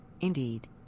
Indeed